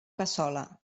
cassola